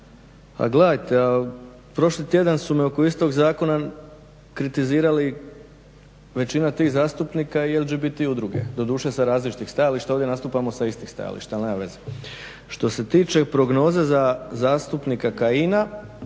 A gledajte, a prošli tjedan su me oko istog zakona kritizirali većina tih zastupnika i LGBT udruge. Doduše sa različitih stajališta, a ovdje nastupamo sa istih stajališta. Ali nema veze. Što se tiče prognoza za zastupnika Kajina